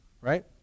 right